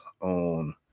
on